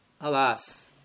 Alas